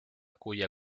cuya